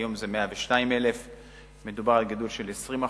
היום זה 102,000. מדובר בגידול של 20%,